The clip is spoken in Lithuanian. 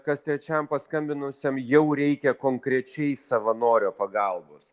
kas trečiam paskambinusiam jau reikia konkrečiai savanorio pagalbos